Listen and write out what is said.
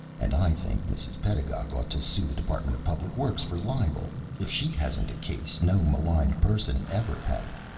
and i think mrs. pedagog ought to sue the department of public works for libel. if she hasn't a case no maligned person ever had.